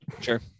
sure